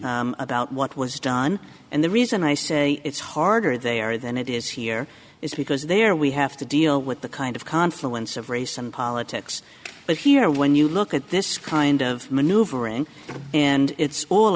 down about what was done and the reason i say it's harder they are than it is here is because there we have to deal with the kind of confluence of race and politics but here when you look at this kind of maneuvering and it's all